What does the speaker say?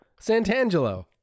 Santangelo